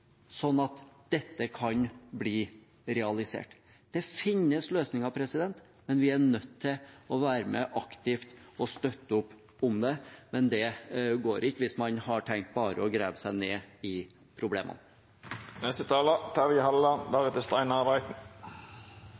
at dette kan bli realisert. Det finnes løsninger, men vi er nødt til å være med aktivt og støtte opp om dem. Det går ikke hvis man bare har tenkt å grave seg ned i